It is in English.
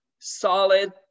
solid